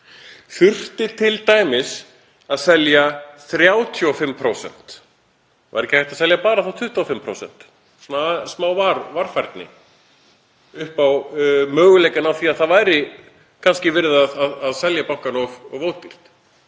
Þurfti t.d. að selja 35%? Var ekki hægt að selja bara 25%, gæta smá varfærni upp á möguleikann á því að það væri kannski verið að selja bankann of ódýrt?